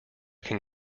can